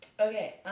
Okay